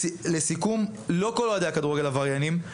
לסיכום, לא כל אוהדי הכדורגל עבריינים.